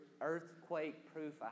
earthquake-proof